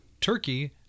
Turkey